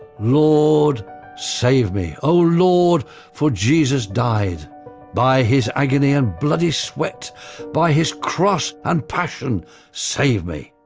lord save me. o lord for jesus died by his agony and bloody sweat by his cross and passion save me.